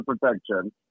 Protection